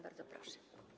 Bardzo proszę.